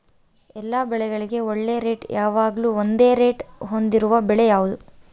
ಎಲ್ಲ ಬೆಳೆಗಳಿಗೆ ಒಳ್ಳೆ ರೇಟ್ ಯಾವಾಗ್ಲೂ ಒಂದೇ ರೇಟ್ ಹೊಂದಿರುವ ಬೆಳೆ ಯಾವುದು?